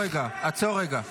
עצור, עצור רגע.